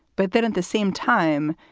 but then at the same time,